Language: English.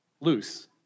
loose